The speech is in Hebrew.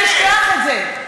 אנחנו לא ניתן לשכוח את זה.